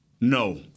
no